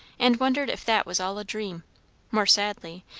and wondered if that was all a dream more sadly,